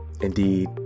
Indeed